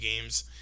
games